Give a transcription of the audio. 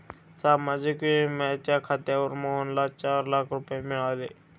सामाजिक विम्याच्या खात्यावर मोहनला चार लाख रुपये मिळाले